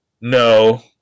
No